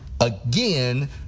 again